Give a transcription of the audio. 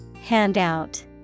Handout